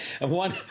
One